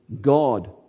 God